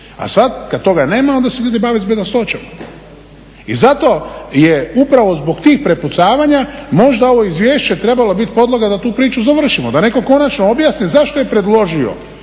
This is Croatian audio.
A sad kad toga nema onda se ljudi bave s bedastoćama. I zato je, upravo zbog tih prepucavanja možda ovo izvješće trebalo biti podloga da tu priču završimo, da neko konačno objasni zašto je predložio